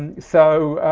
and so